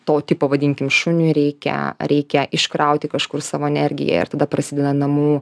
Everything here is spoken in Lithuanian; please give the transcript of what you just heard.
to tipo vadinkim šuniui reikia reikia iškrauti kažkur savo energiją ir tada prasideda namų